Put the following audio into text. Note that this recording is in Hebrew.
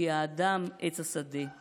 // כי האדם עץ השדה /